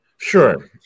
Sure